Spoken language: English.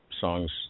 songs